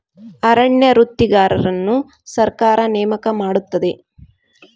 ಅರಣ್ಯ ವೃತ್ತಿಗಾರರನ್ನು ಸರ್ಕಾರ ನೇಮಕ ಮಾಡುತ್ತದೆ